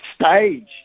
stage